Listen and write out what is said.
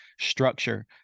structure